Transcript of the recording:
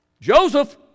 Joseph